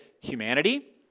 humanity